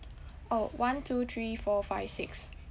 orh one two three four five six